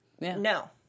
no